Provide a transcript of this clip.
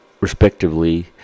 respectively